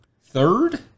Third